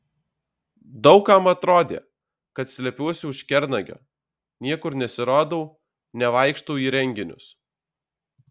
daug kam atrodė kad slepiuosi už kernagio niekur nesirodau nevaikštau į renginius